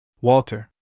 Walter